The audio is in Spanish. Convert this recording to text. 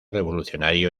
revolucionario